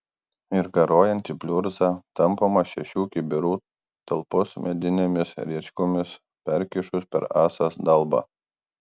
ir garuojanti pliurza tampoma šešių kibirų talpos medinėmis rėčkomis perkišus per ąsas dalbą